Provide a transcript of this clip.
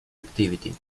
activity